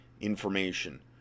information